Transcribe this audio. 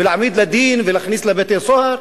להעמיד לדין ולהכניס לבתי-סוהר?